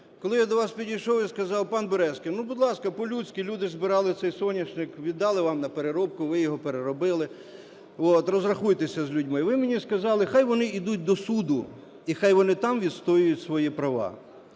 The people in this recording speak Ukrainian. Коли я до вас підійшов і сказав, пан Березкін, будь ласка, по-людські, люди ж збирали цей соняшник, віддали вам на переробку, ви його переробили, розрахуйтеся з людьми. Ви мені сказали, нехай вони ідуть до суду і нехай вони там відстоюють свої права.